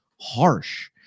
harsh